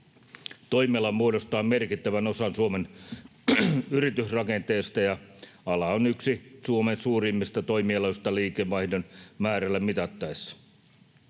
Toimiala muodostaa merkittävän osan Suomen yritysrakenteesta, ja ala on yksi Suomen suurimmista toimialoista liikevaihdon määrällä mitattaessa.